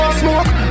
smoke